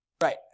Right